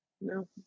no